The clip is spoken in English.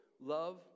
love